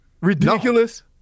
Ridiculous